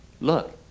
Look